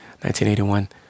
1981